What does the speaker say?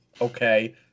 Okay